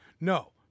No